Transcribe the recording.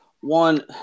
one